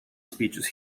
speeches